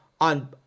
on